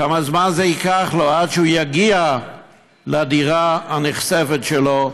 כמה זמן ייקח לו עד שהוא יגיע לדירה הנכספת שלו,